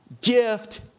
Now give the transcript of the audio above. gift